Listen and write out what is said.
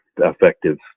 effective